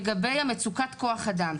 לגבי מצוקת כוח האדם,